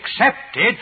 accepted